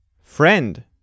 Friend